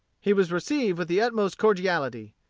he was received with the utmost cordiality.